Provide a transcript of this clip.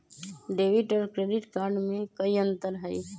Debit और credit card में कई अंतर हई?